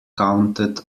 counted